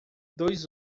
dois